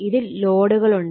ഇതിൽ ലോഡുകളുണ്ട്